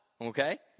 Okay